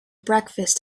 breakfast